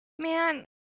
Man